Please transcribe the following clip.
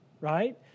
right